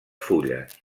fulles